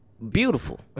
beautiful